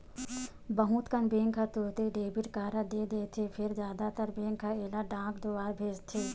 बहुत कन बेंक ह तुरते डेबिट कारड दे देथे फेर जादातर बेंक ह एला डाक दुवार भेजथे